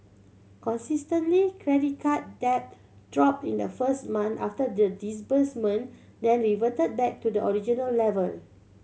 consistently credit card debt dropped in the first months after the disbursement then reverted back to the original level